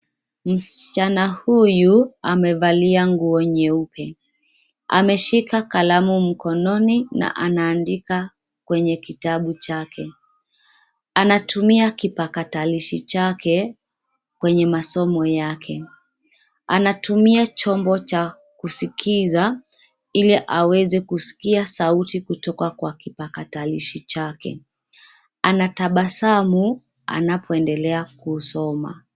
Msichana huyu amevalia nguo nyeupe. Ameshika kalamu mkononi na anaandika kwenye kitabu chake. Anatumia kipakatalishi chake kwenye masomo yake. Anatumia chombo cha kusikiza ili aweze kuskia sauti kutoka kwa kipakatalishi chake. Anatabasamu anapoendelea kusoma.